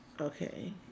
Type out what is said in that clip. Okay